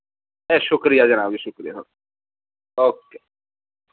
एह् शुक्रिया जनाब जी शुक्रिया ओके